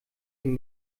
dem